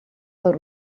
that